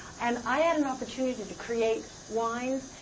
and i had an opportunity to create winds,